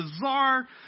bizarre